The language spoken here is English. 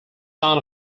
son